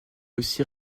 aussi